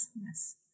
yes